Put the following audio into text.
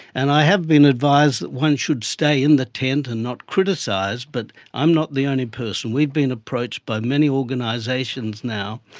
and i have been advised that one should stay in the tent and not criticise, but i'm not the only person. we've been approached by many organisations now,